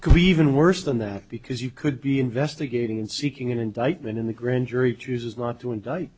because even worse than that because you could be investigating and seeking an indictment in the grand jury chooses not to indict